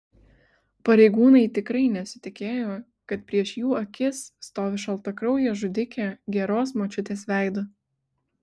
pareigūnai tikrai nesitikėjo kad prieš jų akis stovi šaltakraujė žudikė geros močiutės veidu